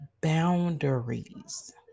boundaries